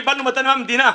קיבלנו מתנה מהמדינה.